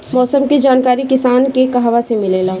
मौसम के जानकारी किसान के कहवा से मिलेला?